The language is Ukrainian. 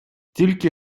тільки